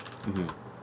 mmhmm